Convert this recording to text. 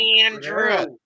Andrew